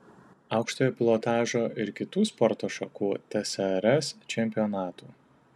aukštojo pilotažo ir kitų sporto šakų tsrs čempionatų